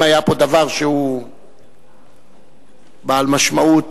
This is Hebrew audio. אם היה דבר שהוא בעל משמעות,